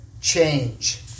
change